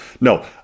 no